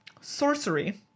Sorcery